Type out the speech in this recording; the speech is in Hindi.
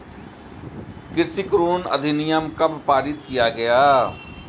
कृषि ऋण अधिनियम कब पारित किया गया?